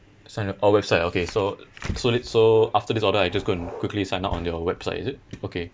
sign up oh website ah okay so so la~ so after this order I just go and quickly sign up on your website is it okay